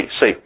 See